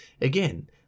Again